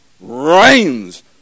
reigns